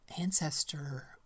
ancestor